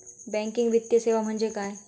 Banking वित्तीय सेवा म्हणजे काय?